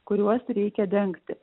kuriuos reikia dengti